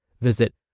Visit